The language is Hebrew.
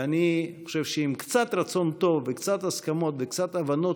ואני חושב שעם קצת רצון טוב וקצת הסכמות וקצת הבנות